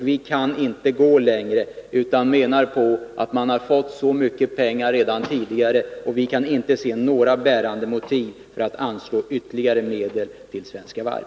Vi kan inte se några bärande motiv för att anslå ytterligare medel till Svenska Varv.